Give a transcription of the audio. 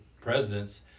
presidents